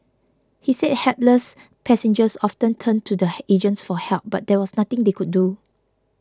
he said hapless passengers often turned to the agents for help but there was nothing they could do